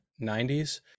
90s